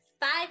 five